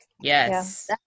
Yes